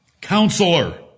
Counselor